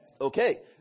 Okay